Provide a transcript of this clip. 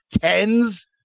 tens